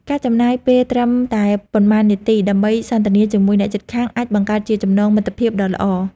ការចំណាយពេលត្រឹមតែប៉ុន្មាននាទីដើម្បីសន្ទនាជាមួយអ្នកជិតខាងអាចបង្កើតជាចំណងមិត្តភាពដ៏ល្អ។